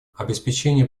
обеспечение